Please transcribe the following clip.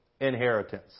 inheritance